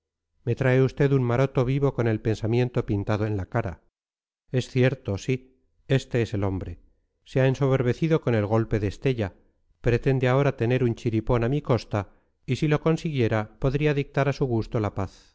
me trae usted un maroto vivo con el pensamiento pintado en la cara es cierto sí este es el hombre se ha ensoberbecido con el golpe de estella pretende ahora tener un chiripón a mi costa y si lo consiguiera podría dictar a su gusto la paz